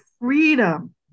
freedom